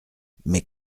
mais